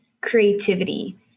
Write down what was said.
creativity